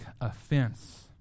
offense